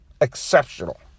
Exceptional